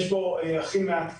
יש הכי מעט כסף,